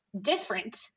different